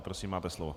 Prosím, máte slovo.